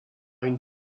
une